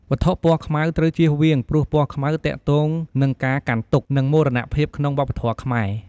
វត្ថុពណ៌ខ្មៅត្រូវចៀសវាងព្រោះពណ៌ខ្មៅទាក់ទងនឹងការកាន់ទុក្ខ និងមរណភាពក្នុងវប្បធម៌ខ្មែរ។